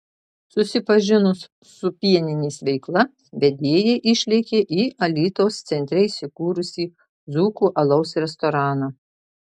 susipažinus su pieninės veikla vedėjai išlėkė į alytaus centre įsikūrusį dzūkų alaus restoraną